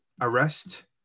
arrest